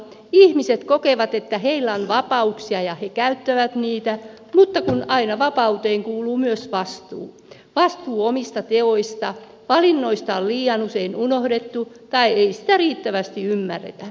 ihmiset kokevat että heillä on vapauksia ja he käyttävät niitä mutta kun aina vapauteen kuuluu myös vastuu vastuu omista teoista valinnoista on liian usein unohdettu tai sitä ei riittävästi ymmärretä